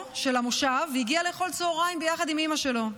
במושב והגיע לאכול צוהריים ביחד עם אימא שלו.